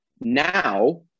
now